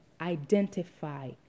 identify